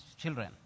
children